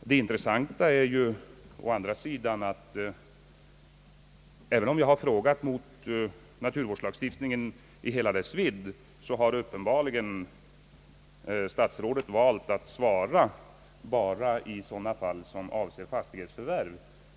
Det intressanta är ju å andra sidan, att även om jag har frågat om naturvårdslagstiftningen i hela dess vidd, så har statsrådet uppenbarligen svarat bara i sådana fall som avser fastighetsförvärv.